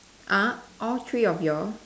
uh all three of you all